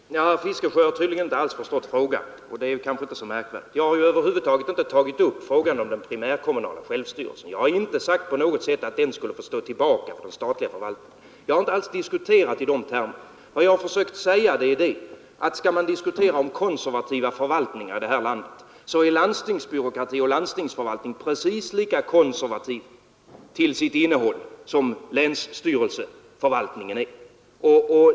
Herr talman! Herr Fiskesjö har tydligen inte alls förstått frågan, och det är kanske inte så märkvärdigt. Jag har ju över huvud taget inte tagit upp frågan om den primärkommunala självstyrelsen. Jag har inte på något sätt gjort gällande att den skulle få stå tillbaka för den statliga förvaltningen. Jag har inte alls diskuterat i de termerna. Vad jag har försökt säga är att skall man diskutera om konservativa förvaltningar i det här landet så är landstingsbyråkrati och landstingsförvaltning precis lika konservativa till sitt innehåll som länsstyrelseförvaltningen är.